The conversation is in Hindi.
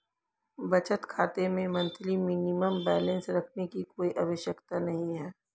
बचत खाता में मंथली मिनिमम बैलेंस रखने की कोई आवश्यकता नहीं है